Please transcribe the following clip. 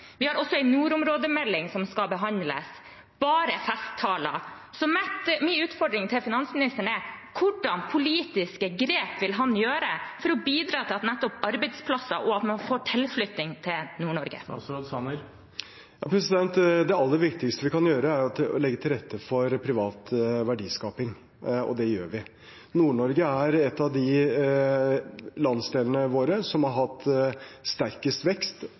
Vi har også en nordområdemelding som skal behandles. Bare festtaler! Så min utfordring til finansministeren er: Hvilke politiske grep vil han gjøre for å bidra til nettopp arbeidsplasser og at man får tilflytting til Nord-Norge? Det aller viktigste vi kan gjøre, er å legge til rette for privat verdiskaping, og det gjør vi. Nord-Norge er en av de landsdelene våre som har hatt sterkest vekst,